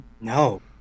No